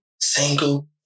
single